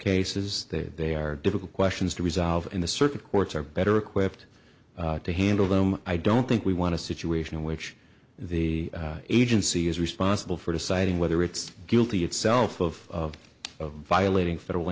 cases they are difficult questions to resolve in the circuit courts are better equipped to handle them i don't think we want to situation in which the agency is responsible for deciding whether it's guilty itself of of violating federal